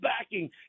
backing